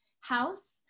house